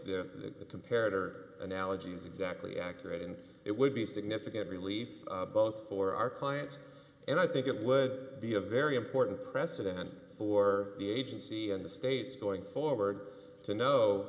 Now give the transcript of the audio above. are analogies exactly accurate and it would be significant relief both for our clients and i think it would be a very important precedent for the agency and the states going forward to know